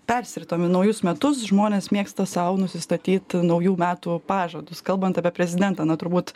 persiritom į naujus metus žmonės mėgsta sau nusistatyt naujų metų pažadus kalbant apie prezidentą na turbūt